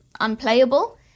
unplayable